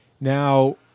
Now